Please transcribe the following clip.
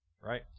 right